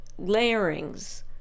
layerings